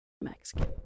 Mexican